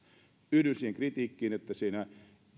yhdyn siihen kritiikkiin että